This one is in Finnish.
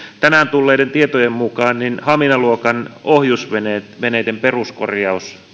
tänään tulleiden tietojen mukaan hamina luokan ohjusveneiden peruskorjaukseen